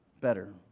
Better